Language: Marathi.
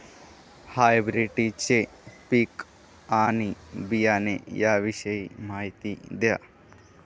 हायब्रिडची पिके आणि बियाणे याविषयी माहिती द्या